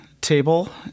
table